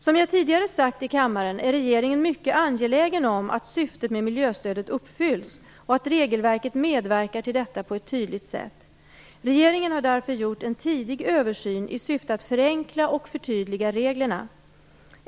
Som jag tidigare sagt i kammaren är regeringen mycket angelägen om att syftet med miljöstödet uppfylls och att regelverket medverkar till detta på ett tydligt sätt. Regeringen har därför gjort en tidig översyn i syfte att förenkla och förtydliga reglerna.